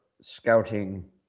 scouting